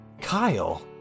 Kyle